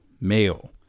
male